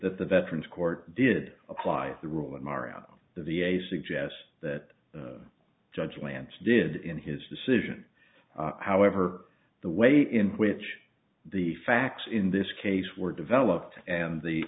that the veterans court did apply the rule in morrow the v a suggests that judge lance did in his decision however the way in which the facts in this case were developed and the